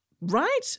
right